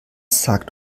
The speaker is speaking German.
sagt